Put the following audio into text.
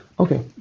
Okay